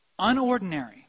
unordinary